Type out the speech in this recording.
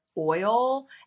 oil